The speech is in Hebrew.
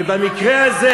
ובמקרה הזה,